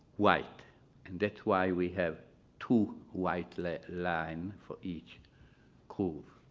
white and that's why we have two white lines for each groove.